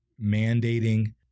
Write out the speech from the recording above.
mandating